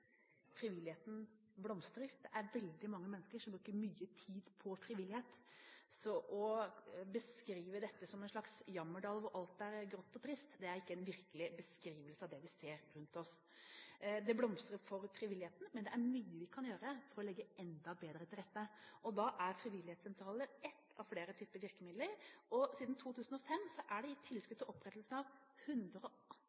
Frivilligheten blomstrer – det er veldig mange mennesker som bruker mye tid på frivillighet. Så å beskrive dette som en slags jammerdal hvor alt er grått og trist, er ikke en reell beskrivelse av det vi ser rundt oss. Det blomstrer for frivilligheten, men det er mye vi kan gjøre for å legge enda bedre til rette. Da er frivillighetssentraler en av flere typer virkemidler. Siden 2005 er det gitt